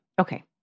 Okay